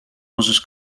możesz